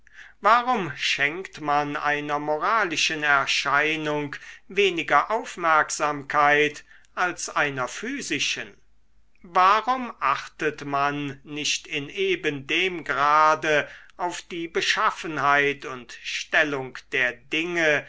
warum schenkt man einer moralischen erscheinung weniger aufmerksamkeit als einer physischen warum achtet man nicht in eben dem grade auf die beschaffenheit und stellung der dinge